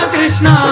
Krishna